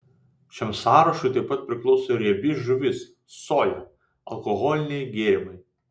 šiam sąrašui taip pat priklauso ir riebi žuvis soja alkoholiniai gėrimai